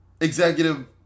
executive